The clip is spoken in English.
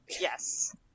Yes